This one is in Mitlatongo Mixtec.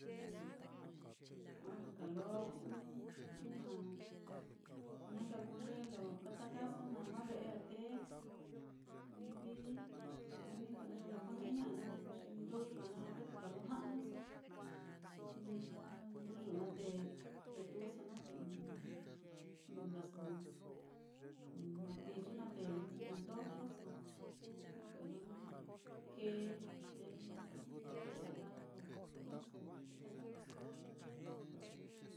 Orre nka lo ɨ́ɨ́n ijña, na nka kuu ye lo katakaso nama ve'e á, te livi juini nka ɨ́ɨ́n ye lo kune'eña'a naá, te ko xi nduyu naá lo vetuka lo ja'nuso, jnɨ nka nduyu naá, te tetuuso naá te ɨ́ɨ́n ni'i nkaso martiyu naá, te jondojloso nakue'e lo na kee te laa te kikuitaka ye lo ku-iniso lo kuitaka naá.